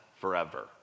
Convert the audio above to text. forever